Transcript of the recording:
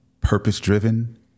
purpose-driven